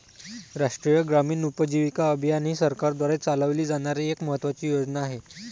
राष्ट्रीय ग्रामीण उपजीविका अभियान ही सरकारद्वारे चालवली जाणारी एक महत्त्वाची योजना आहे